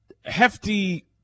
hefty